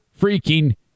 freaking